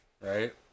Right